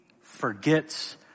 forgets